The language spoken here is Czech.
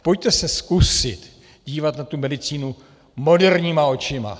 Pojďte se zkusit dívat na medicínu moderníma očima.